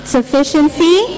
Sufficiency